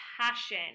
passion